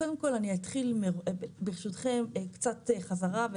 קודם כל, ברשותכם, קצת חזרה.